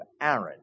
Aaron